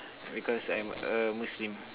because I'm a Muslim